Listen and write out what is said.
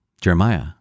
Jeremiah